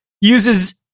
uses